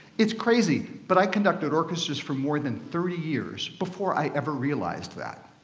it's crazy, but i conducted orchestras for more than thirty years before i ever realized that.